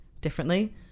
differently